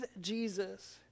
Jesus